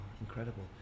Incredible